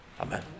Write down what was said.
Amen